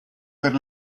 per